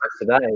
today